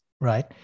Right